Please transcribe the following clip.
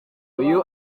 uyu